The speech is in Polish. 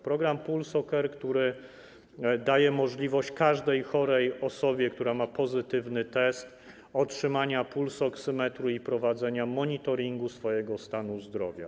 Program PulsoCare daje możliwość każdej chorej osobie, która ma pozytywny test, otrzymania pulsoksymetru i prowadzenia monitoringu stanu zdrowia.